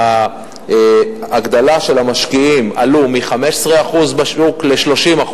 ההגדלה של המשקיעים עלתה מ-15% בשוק ל-30%.